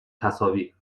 تصاویر